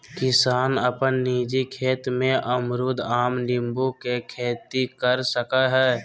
किसान अपन निजी खेत में अमरूद, आम, नींबू के खेती कर सकय हइ